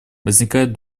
возникает